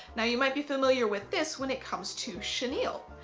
now you might be familiar with this when it comes to chenille.